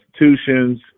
institutions